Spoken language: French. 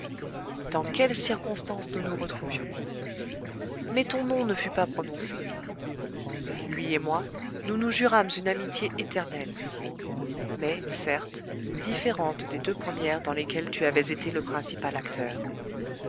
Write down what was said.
dans quelles circonstances nous nous retrouvions mais ton nom ne fut pas prononcé lui et moi nous nous jurâmes une amitié éternelle mais certes différente des deux premières dans lesquelles tu avais été le principal acteur